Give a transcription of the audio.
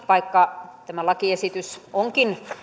vaikka tämä lakiesitys onkin